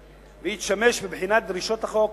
והיא תשמש, מבחינת דרישות החוק,